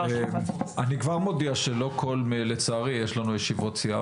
אני כבר מודיע שלצערי יש לנו ישיבות סיעה